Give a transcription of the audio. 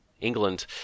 England